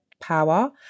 power